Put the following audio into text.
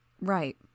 Right